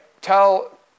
tell